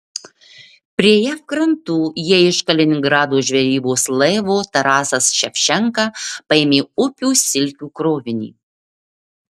prie jav krantų jie iš kaliningrado žvejybos laivo tarasas ševčenka paėmė upių silkių krovinį